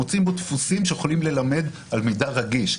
מוצאים בו דפוסים שיכולים ללמד על מידע רגיש.